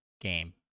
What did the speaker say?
game